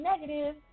negative